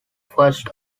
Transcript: first